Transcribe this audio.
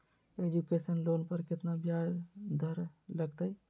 Education loan पर केतना ब्याज दर लगतई?